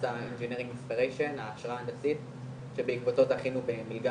ג'נריק אינספריישן השראה הנדסית שבעקבותיו זכינו במלגה